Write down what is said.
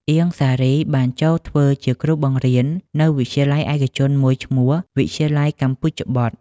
អៀង សារី បានចូលធ្វើជាគ្រូបង្រៀននៅវិទ្យាល័យឯកជនមួយឈ្មោះ “វិទ្យាល័យកម្ពុជបុត្រ”។